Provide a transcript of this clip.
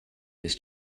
his